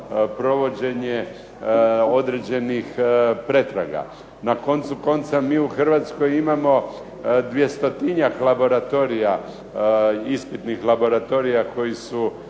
provođenje određenih pretraga. Na koncu konca, mi u Hrvatskoj imamo 200-tinjak laboratorija, ispitnih laboratorija koji su